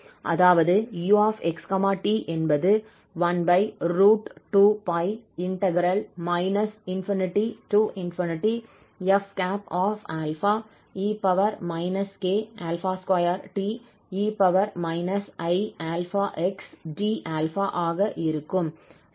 அதாவது 𝑢 𝑥 𝑡 என்பது 12π ∞f e k2te i∝xd∝ ஆக இருக்கும்